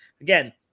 again